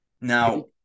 Now